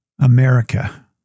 America